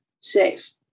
safe